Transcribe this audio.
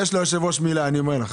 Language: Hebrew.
יש ליושב-ראש מילה, אני אומר לך.